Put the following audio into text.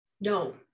No